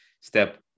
Step